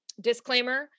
disclaimer